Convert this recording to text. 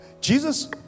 Jesus